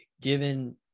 given